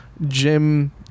jim